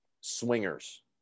swingers